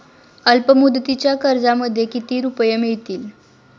अल्पमुदतीच्या कर्जामध्ये किती रुपये मिळतील?